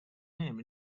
name